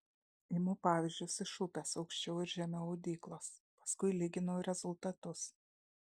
imu pavyzdžius iš upės aukščiau ir žemiau audyklos paskui lyginu rezultatus